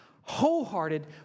wholehearted